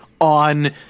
on